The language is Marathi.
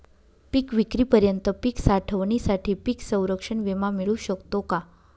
पिकविक्रीपर्यंत पीक साठवणीसाठी पीक संरक्षण विमा मिळू शकतो का?